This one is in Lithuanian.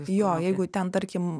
jo jeigu ten tarkim